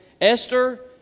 Esther